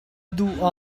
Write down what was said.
duh